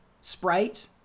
Sprite